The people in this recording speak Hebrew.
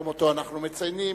היום שאותו אנחנו מציינים,